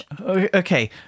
Okay